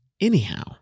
anyhow